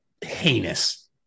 heinous